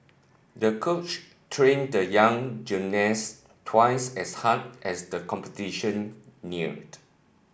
the coach trained the young gymnast twice as hard as the competition neared